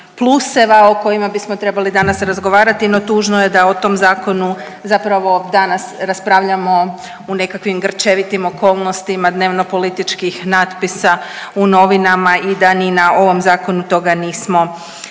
pluseva o kojima bismo trebali danas razgovarati, no tužno je da o tom zakonu zapravo danas raspravljamo u nekakvim grčevitim okolnostima dnevno-političkih natpisa u novinama i da ni na ovom zakonu to nismo mogli